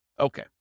Okay